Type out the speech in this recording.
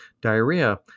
diarrhea